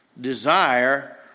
desire